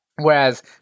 Whereas